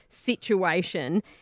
situation